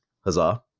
Huzzah